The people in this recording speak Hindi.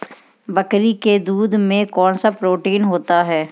बकरी के दूध में कौनसा प्रोटीन होता है?